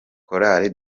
chorale